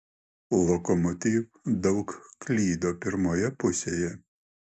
lokomotiv daug klydo pirmoje pusėje